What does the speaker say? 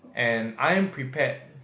and I am prepared